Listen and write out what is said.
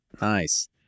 Nice